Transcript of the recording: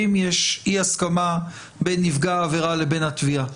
יש אי הסכמה בין נפגע העבירה לבין התביעה.